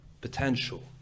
potential